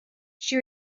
she